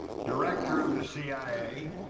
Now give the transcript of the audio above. director of the c i a.